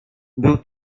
był